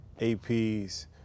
APs